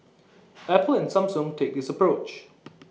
Apple and Samsung take this approach